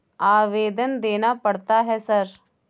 आवेदन देना पड़ता है सर?